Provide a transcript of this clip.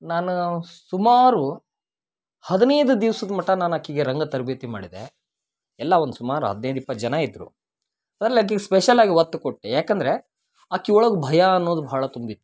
ನಾನು ಸುಮಾರು ಹದಿನೈದು ದಿವ್ಸದ ಮಟ್ಟ ನಾನು ಆಕಿಗೆ ರಂಗ ತರಬೇತಿ ಮಾಡಿದೆ ಎಲ್ಲಾ ಒಂದು ಸುಮಾರು ಹದಿನೈದು ಇಪ್ಪತ್ತು ಜನ ಇದ್ದರು ಅದ್ರಲ್ಲಿ ಆಕಿಗೆ ಸ್ಪೆಷಲ್ಲಾಗಿ ಹೊತ್ತು ಕೊಟ್ಟೆ ಯಾಕಂದರೆ ಆಕಿ ಒಳಗೆ ಭಯ ಅನ್ನೋದು ಭಾಳ ತುಂಬಿತ್ತು